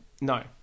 No